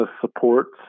supports